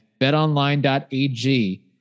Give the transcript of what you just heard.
BetOnline.ag